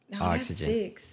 oxygen